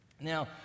Now